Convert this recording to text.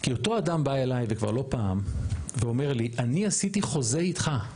כי אותו אדם בא אליי וכבר לא פעם ואומר לי אני עשיתי חוזה איתך.